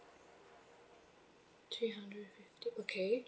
three hundred okay